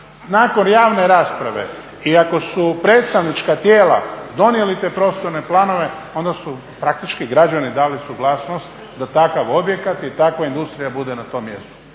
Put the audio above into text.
nakon javne rasprave i ako su predstavnička tijela donijeli te prostorne planove onda su praktički građani dali suglasnost da takav objekat i takva industrija bude na tom mjestu.